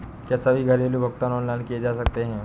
क्या सभी घरेलू भुगतान ऑनलाइन किए जा सकते हैं?